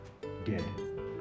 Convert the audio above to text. dead